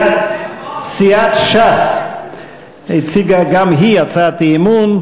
סיעת ש"ס הציגה גם היא הצעת אי-אמון.